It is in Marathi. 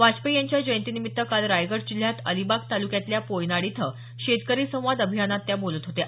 वाजपेयी यांच्या जयंतीनिमित्त काल रायगड जिल्ह्यात अलिबाग तालुक्यातल्या पोयनाड इथं शेतकरी संवाद अभियानात त्या बोलत होत्या